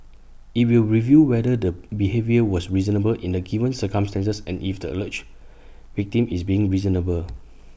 IT will review whether the behaviour was reasonable in the given circumstances and if the alleged victim is being reasonable